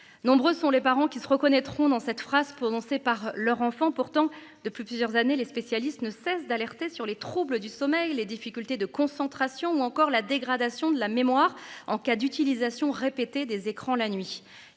Nombreux sont les parents qui se reconnaîtront dans cette phrase prononcée par leur enfant pourtant depuis plusieurs années, les spécialistes ne cesse d'alerter sur les troubles du sommeil, les difficultés de concentration ou encore la dégradation de la mémoire en cas d'utilisation répétée des écrans la nuit